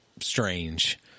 strange